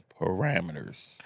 Parameters